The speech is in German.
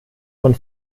von